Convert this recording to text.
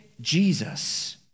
Jesus